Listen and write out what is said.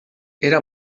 era